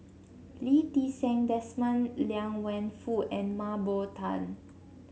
Lee Ti Seng Desmond Liang Wenfu and Mah Bow Tan